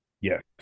Yes